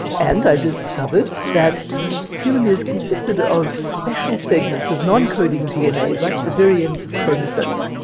and i discovered that telomeres consisted of special segments of noncoding dna right at the very ends of chromosomes.